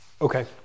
Okay